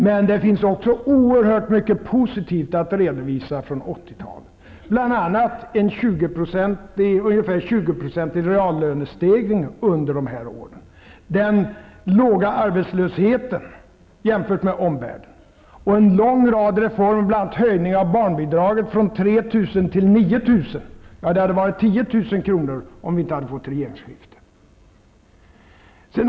Men det finns också oerhört mycket positivt att redovisa från 80-talet, bl.a. en ungefär 20 procentig reallönestegring. Den låga arbetslösheten jämfört med omvärlden. En lång rad reformer, bl.a. höjningen av barnbidraget från 3 000 till 9 000 kr. Det hade varit 10 000 kr. nu, om vi inte hade fått regeringsskifte.